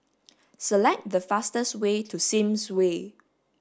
select the fastest way to Sims Way